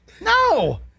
No